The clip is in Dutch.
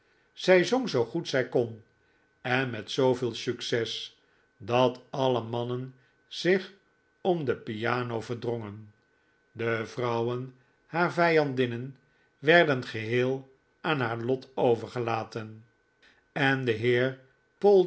zij zong zoo goed zij kon en met zooveel succes dat alle mannen zich om de piano verdrongen de vrouwen haar vijandinnen werden geheel aan haar lot overgelaten en de heer